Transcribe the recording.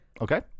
Okay